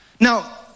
Now